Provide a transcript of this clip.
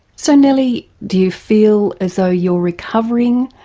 so nellie do you feel as though you're recovering,